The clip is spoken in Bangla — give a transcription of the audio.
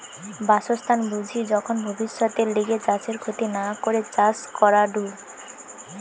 বাসস্থান বুঝি যখন ভব্যিষতের লিগে চাষের ক্ষতি না করে চাষ করাঢু